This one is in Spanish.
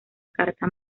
carta